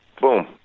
boom